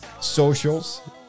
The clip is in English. socials